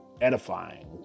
edifying